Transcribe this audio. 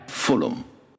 Fulham